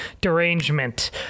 derangement